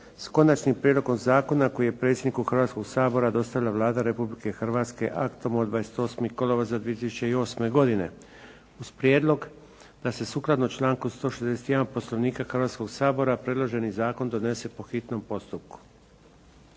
s Konačnim prijedlogom Zakona koji je predsjedniku Hrvatskog sabora dostavila Vlada Republike Hrvatske aktom od 28. kolovoza 2008. godine uz prijedlog da se sukladno članku 161. Poslovnika Hrvatskog sabora predloženi zakon donese po hitnom postupku.